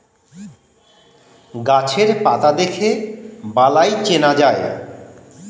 গাছের পাতা দেখে বালাই চেনা যায়